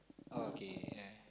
okay yeah